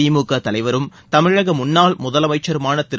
திமுக தலைவரும் தமிழக முன்னாள் முதலமைச்சருமான திரு